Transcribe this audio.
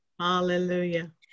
Hallelujah